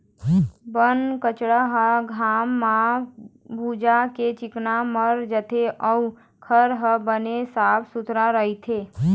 बन कचरा ह घाम म भूंजा के चिक्कन मर जाथे अउ खार ह बने साफ सुथरा रहिथे